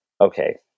okay